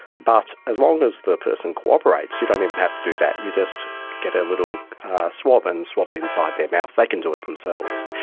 but as long as the person cooperates you don't even have to do that, you just get a little swab and swab it inside their mouth, they can do it themselves.